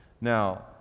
Now